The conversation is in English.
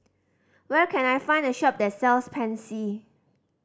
where can I find a shop that sells Pansy